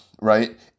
right